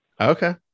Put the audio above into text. Okay